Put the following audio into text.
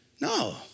No